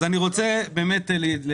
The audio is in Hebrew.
אמת.